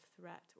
threat